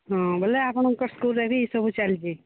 ହଁ ବୋଲେ ଆପଣଙ୍କ ସ୍କୁଲ୍ରେ ବି ଏସବୁ ଚାଲିଛି